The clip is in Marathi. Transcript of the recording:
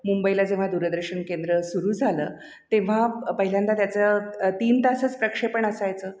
मुंबईला जेव्हा दूरदर्शन केंद्र सुरू झालं तेव्हा पहिल्यांदा त्याचं तीन तासच प्रक्षेपण असायचं